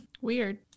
Weird